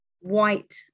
White